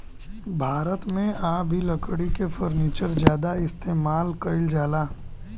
भारत मे आ भी लकड़ी के फर्नीचर ज्यादा इस्तेमाल कईल जाला